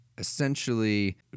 essentially